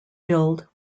build